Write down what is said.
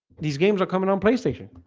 these games are coming on playstation